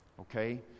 Okay